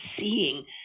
seeing